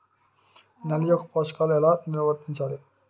నెల యెక్క పోషకాలను ఎలా నిల్వర్తించాలి